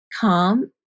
calm